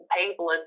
people